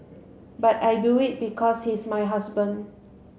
but I do it because he's my husband